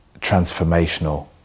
transformational